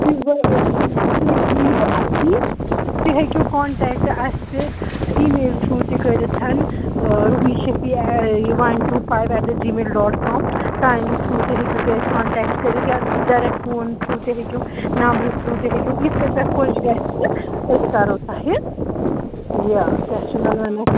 تُہۍ یِیُو اَسہِ سۭتۍ تُہۍ ہٮ۪کِو کنٹیکٹ اَسہِ ای میل تھرو تہِ کٔرِتھ Roohi Shafi one two five eight دےٚ جی میل ڈاٹ کام تمہِ تھرو تہِ ہٮ۪کِو تُہۍ اَسہِ کنٛٹیکٹ کٔرِتھ یا ڈَریٚک فون تھرو تہِ ہٮ۪کِو نمٛبرٕ تھرو تہِ ہٮ۪کِو یِتھٕ کَنہِ توہہِ خۄش گژھِ أسۍ کَرَو توہہِ یہِ کیٛاہ چھِ وَنان اَتھ